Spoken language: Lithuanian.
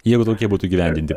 jeigu tokie būtų įgyvendinti